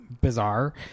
bizarre